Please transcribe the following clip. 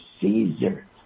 Caesar